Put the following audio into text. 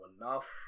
enough